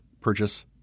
purchase